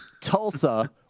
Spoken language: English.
Tulsa